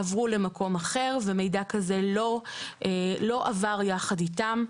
עברו למקום אחר ומידע כזה לא עבר יחד איתם.